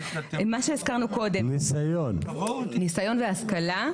ניסיון והשכלה.